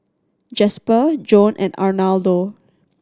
Jasper Joan and Arnoldo